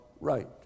right